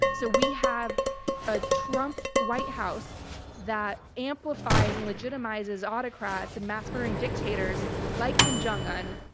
so we have a trump white house that amplifies and legitimizes autocrats and mass murdering dictators like kim jong un,